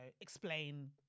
explain